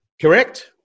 correct